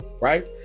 right